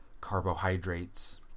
carbohydrates